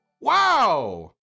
Wow